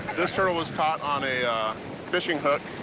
this turtle was caught on a fishing hook.